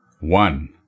One